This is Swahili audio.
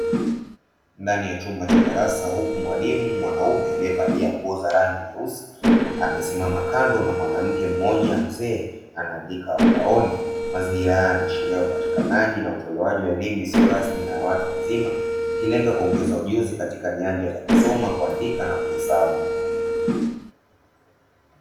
Ndani ya chumba cha darasa huku mwalimu mwanaume aliyevalia nguo za rangi nyeusi amesimama kando na mwanamke mmoja mzee anaandika ubaoni, mazingira haya yanaashiria upatikanaji na utolewaji wa elimu isiyo rasmi na ya watu wazima, ikilenga kuongeza ujuzi katika nyanja za kusoma, kuandika na kuhesabu.